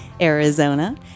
Arizona